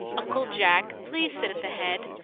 uncle jack, please sit at the head,